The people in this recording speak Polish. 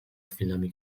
chwilami